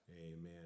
Amen